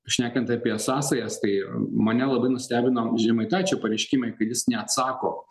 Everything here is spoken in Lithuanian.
šnekant apie sąsajas tai mane labai nustebino žemaitaičio pareiškimai kad jis neatsako